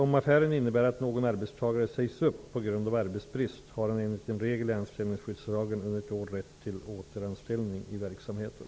Om affären innebär att någon arbetstagare sägs upp på grund av arbetsbrist, har han enligt en regel i anställningsskyddslagen under ett år rätt till återanställning i verksamheten.